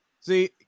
See